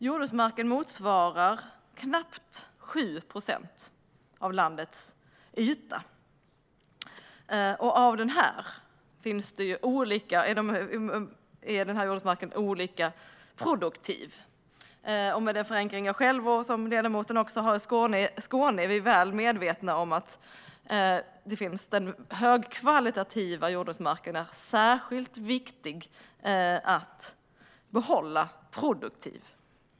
Jordbruksmarken motsvarar knappt 7 procent av landets yta, och denna jordbruksmark är olika produktiv. Med den förankring som jag och ledamoten själv har i Skåne är vi väl medvetna om att den högkvalitativa jordbruksmarken är särskilt viktigt att behålla produktiv.